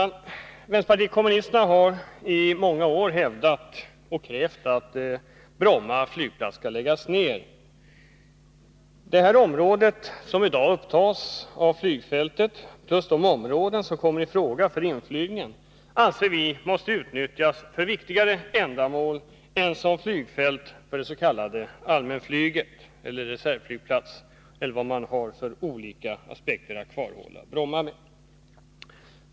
Vänsterpartiet kommunisterna har i många år hävdat och krävt att Bromma flygplats skall läggas ned. Det område som i dag upptas av flygfältet och de områden som kommer i fråga för inflygning anser vi måste utnyttjas för viktigare ändamål än som flygfält för det s.k. allmänflyget, reservflygplats eller vad man nu tar till för att kvarhålla Bromma.